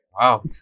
Wow